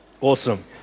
Awesome